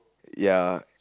ya